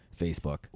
Facebook